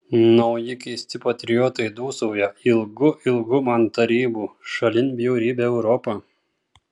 nauji keisti patriotai dūsauja ilgu ilgu man tarybų šalin bjaurybę europą